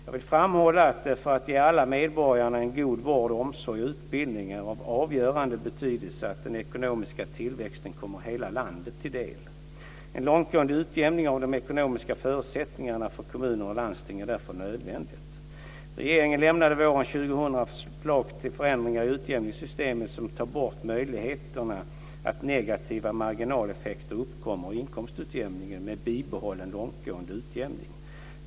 Jag vill framhålla att det, för att ge alla medborgare en god vård, omsorg och utbildning, är av avgörande betydelse att den ekonomiska tillväxten kommer hela landet till del. En långtgående utjämning av de ekonomiska förutsättningarna för kommuner och landsting är därför nödvändig. Regeringen lämnade våren 2000 förslag till förändringar i utjämningssystemet som tar bort möjligheterna att negativa marginaleffekter uppkommer i inkomstutjämningen, med bibehållen långtgående utjämning.